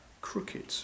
crooked